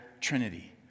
Trinity